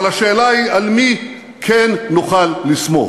אבל השאלה היא: על מי כן נוכל לסמוך?